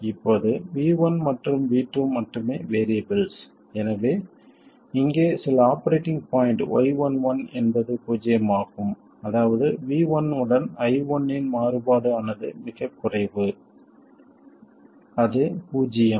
இப்போது V1 மற்றும் V2 மட்டுமே வேறியபிள்ஸ் எனவே இங்கே சில ஆபரேட்டிங் பாய்ண்ட் y11 என்பது பூஜ்ஜியமாகும் அதாவது V1 உடன் I1 இன் மாறுபாடு ஆனது மிகக் குறைவு அது பூஜ்ஜியம்